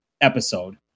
episode